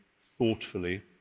thoughtfully